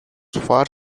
far